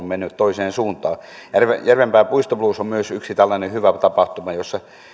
mennyt toiseen suuntaan järvenpään puistoblues on myös yksi tällainen hyvä tapahtuma